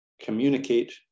communicate